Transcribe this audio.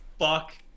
fuck